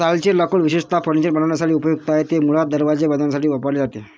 सालचे लाकूड विशेषतः फर्निचर बनवण्यासाठी उपयुक्त आहे, ते मुळात दरवाजे बनवण्यासाठी वापरले जाते